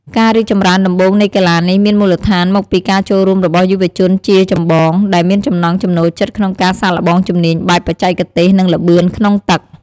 ការរីកចម្រើនដំបូងនៃកីឡានេះមានមូលដ្ឋានមកពីការចូលរួមរបស់យុវជនជាចម្បង ដែលមានចំណង់ចំណូលចិត្តក្នុងការសាកល្បងជំនាញបែបបច្ចេកទេស និងល្បឿនក្នុងទឹក។